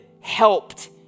helped